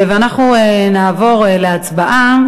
אנחנו נעבור להצבעה.